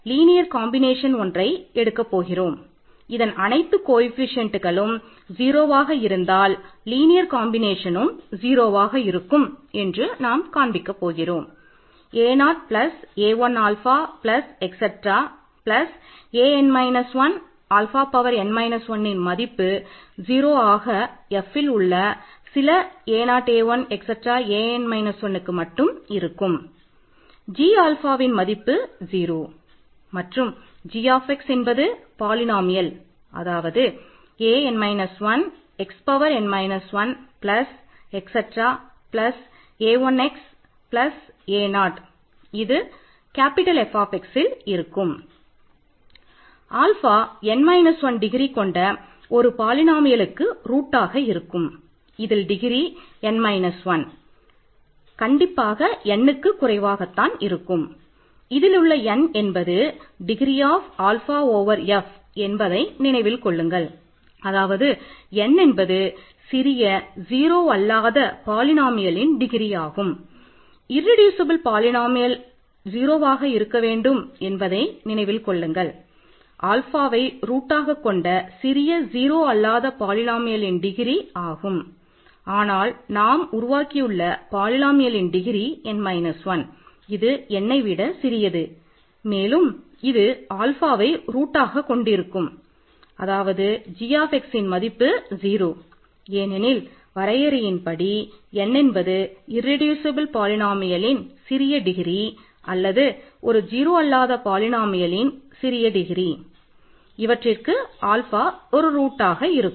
a 0 plus Fxல் இருக்கும்